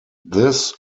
this